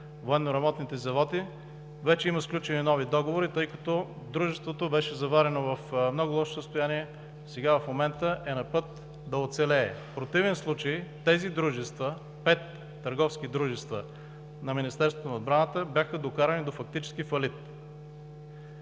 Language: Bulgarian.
Военно-ремонтните заводи, вече има сключени нови договори, тъй като дружеството беше заварено в много лошо състояние. В момента е на път да оцелее. В противен случай, тези дружества – пет търговски дружества на Министерството на отбраната, бяха докарани до фактически фалит.